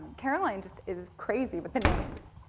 caroline just is crazy with the names.